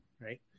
right